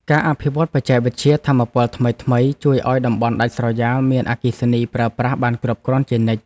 ការអភិវឌ្ឍបច្ចេកវិទ្យាថាមពលថ្មីៗ ជួយឱ្យតំបន់ដាច់ស្រយាលមានអគ្គិសនីប្រើប្រាស់បានគ្រប់គ្រាន់ជានិច្ច។